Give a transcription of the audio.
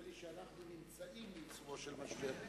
נדמה לי שאנחנו בעיצומו של משבר,